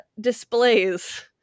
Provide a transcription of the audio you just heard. displays